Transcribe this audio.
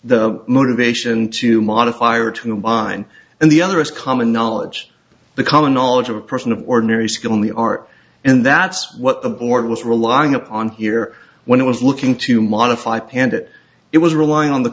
the motivation to modify or to mine and the other is common knowledge the common knowledge of a person of ordinary skill in the art and that's what the board was relying upon here when it was looking to modify panda it was relying on the